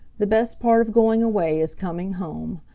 the best part of going away is coming home.